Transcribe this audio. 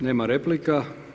Nema replika.